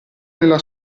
nella